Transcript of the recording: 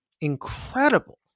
incredible